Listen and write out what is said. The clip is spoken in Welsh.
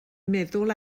meddwl